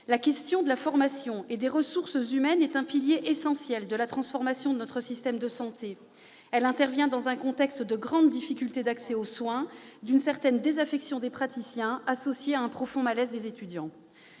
La formation des médecins et les ressources humaines sont un pilier essentiel de la transformation de notre système de santé. Celle-ci intervient dans un contexte de grandes difficultés d'accès aux soins et d'une certaine désaffection des praticiens, associés à un profond malaise des étudiants.